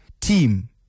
team